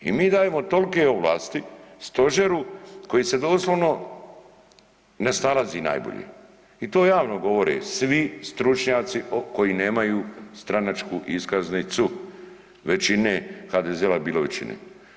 I mi dajemo tolike ovlasti Stožeru koji se doslovno ne snalazi najbolje i to javno govore svi stručnjaci koji nemaju stranačku iskaznicu većine HDZ-a, bilo većine.